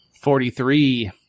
Forty-three